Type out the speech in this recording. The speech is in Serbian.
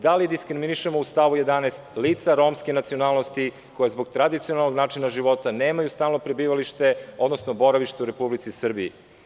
Da li diskriminišemo u stavu 11. lica romske nacionalnosti, koja zbog tradicionalnog načina života nemaju stalno prebivalište, odnosno boravište u Republici Srbiji?